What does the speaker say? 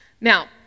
Now